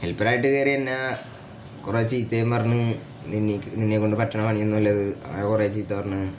helper ആയിട്ട് കയറിയ എന്നെ കുറേ ചീത്തയും പറഞ്ഞ് നിന്നെ നിന്നെ കൊണ്ട് പറ്റുന്ന പണിയൊന്നും അല്ല ഇത് അങ്ങനെ കുറേ ചീത്ത പറഞ്ഞ്